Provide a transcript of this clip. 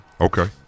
okay